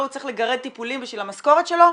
הוא צריך לגרד טיפולים בשביל המשכורת שלו,